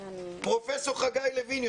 פרופ' חגי לוין,